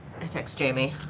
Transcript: i text jamie.